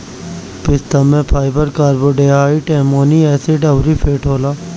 पिस्ता में fibre, carbohydrate, amino acid अउरी फैट होला